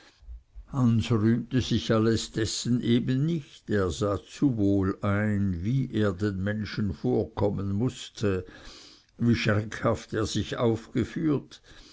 rühmte sich alles dessen eben nicht er sah zu wohl ein wie er den menschen vorkommen mußte und wie schreckhaft er sich aufgeführt